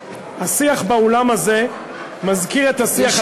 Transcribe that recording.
השיח באולם הזה מזכיר את השיח הציבורי.